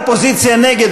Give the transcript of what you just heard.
אופוזיציה נגד,